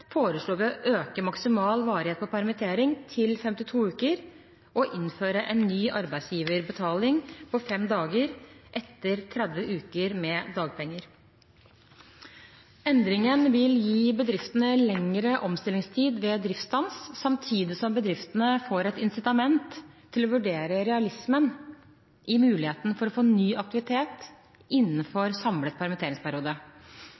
foreslår vi å øke maksimal varighet på permitteringen til 52 uker og å innføre en ny arbeidsgiverbetaling på fem dager etter 30 uker med dagpenger. Endringene vil gi bedriftene lengre omstillingstid ved driftsstans, samtidig som bedriftene får et insitament til å vurdere realismen i muligheten for å få ny aktivitet